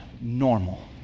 normal